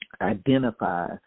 identify